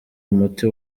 umuti